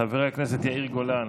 חבר הכנסת יאיר גולן,